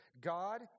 God